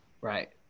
Right